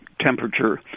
temperature